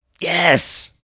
Yes